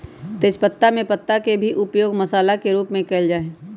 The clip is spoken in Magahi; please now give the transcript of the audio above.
तेजपत्तवा में पत्ता के ही उपयोग मसाला के रूप में कइल जा हई